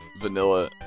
vanilla